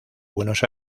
buenos